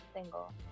single